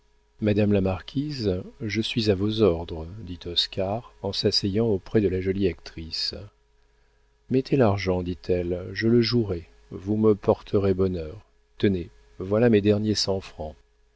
madame la marquise je suis à vos ordres dit oscar en s'asseyant auprès de la jolie actrice mettez l'argent dit-elle je le jouerai vous me porterez bonheur tenez voilà mes derniers cent francs